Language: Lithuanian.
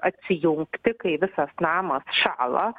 atsijungti kai visas namas šąla